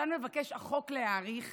שאותן מבקש החוק להאריך,